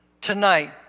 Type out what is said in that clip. tonight